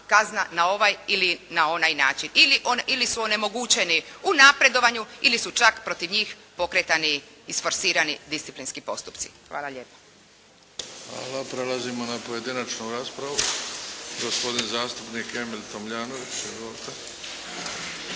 kazna na ovaj ili onaj način. Ili su onemogućeni u napredovanju ili su čak protiv njih pokretani i isforsirani disciplinski postupci. Hvala lijepa. **Bebić, Luka (HDZ)** Hvala. Prelazimo na pojedinačnu raspravu. Gospodin zastupnik Emil Tomljanović.